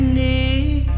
need